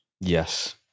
Yes